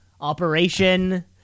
Operation